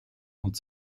und